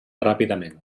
ràpidament